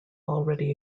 already